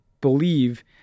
believe